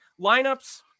lineups